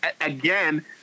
again